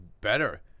better